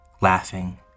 laughing